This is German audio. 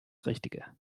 richtige